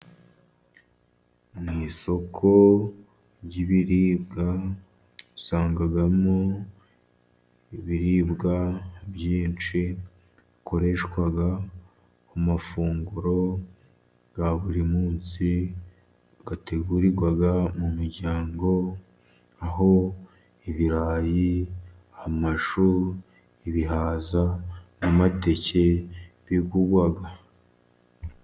Mu isoko ry'ibiribwa usangamo, ibiribwa byinshi bikoreshwa ku mafunguro ya buri munsi ,ategurirwa mu muryango ,aho ibirayi, amashu ,ibihaza, n'amateke bigurwa.